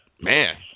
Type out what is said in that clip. man